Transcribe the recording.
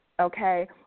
okay